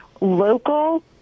local